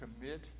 commit